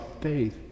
faith